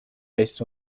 based